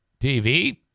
TV